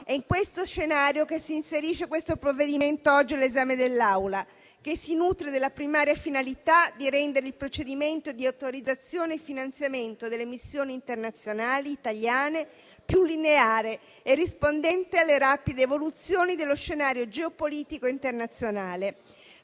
È in tale scenario che si inserisce questo provvedimento oggi all'esame dell'Assemblea, che si nutre della primaria finalità di rendere il procedimento di autorizzazione e finanziamento delle missioni internazionali italiane più lineare e rispondente alle rapide evoluzioni dello scenario geopolitico internazionale.